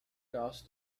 caused